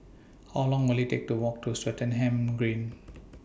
How Long Will IT Take to Walk to Swettenham Green